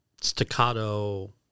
staccato